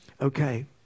Okay